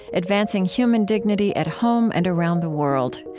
advancing human dignity at home and around the world.